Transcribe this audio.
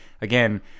again